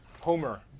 Homer